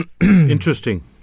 Interesting